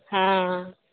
हँ